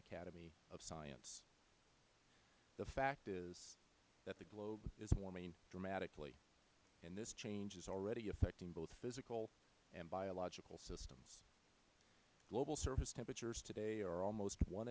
academy of science the fact is that the globe is warming dramatically and this change is already affecting both physical and biological systems global surface temperatures today are almost one